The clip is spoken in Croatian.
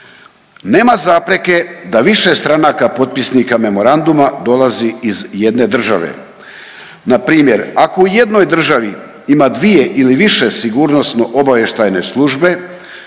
Nema zapreke da više stranaka potpisnika memoranduma dolazi iz jedne države. Na primjer ako u jednoj državi ima dvije ili više sigurnosno-obavještajne službe